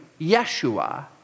Yeshua